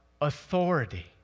authority